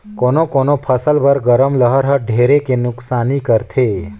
कोनो कोनो फसल बर गरम लहर हर ढेरे के नुकसानी करथे